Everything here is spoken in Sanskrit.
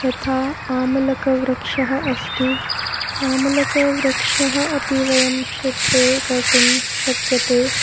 यथा आमलकवृक्षः अस्ति आमलकवृक्षः अपि वयं क्षेत्रे कर्तुं शक्यते